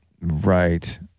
right